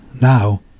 Now